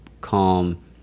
calm